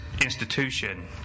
institution